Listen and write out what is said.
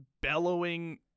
bellowing